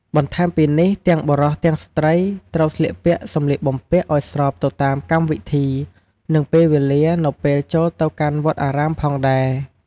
បន្ថែមពីនេះទាំងបុរសទាំងស្រ្តីត្រូវស្លៀកពាក់សម្លៀកបំពាក់ឲ្យស្របទៅតាមកម្មវិធីនិងពេលវេលានៅពេលចូលទៅកាន់វត្តអារាមផងដែរ។